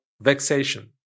vexation